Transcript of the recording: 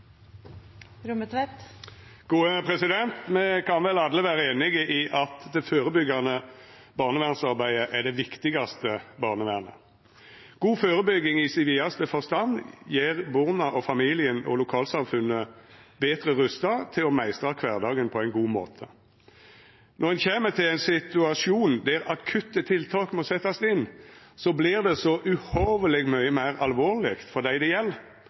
Me kan vel alle vera einige i at det førebyggjande barnevernsarbeidet er det viktigaste barnevernet. God førebygging i vidaste forstand gjer borna, familien og lokalsamfunnet betre rusta til å meistra kvardagen på ein god måte. Når ein kjem til ein situasjon der akutte tiltak må setjast inn, vert det så uhorveleg mykje meir alvorleg for dei